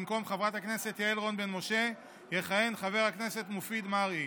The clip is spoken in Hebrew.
במקום חברת הכנסת יעל רון בן משה יכהן חבר הכנסת מופיד מרעי.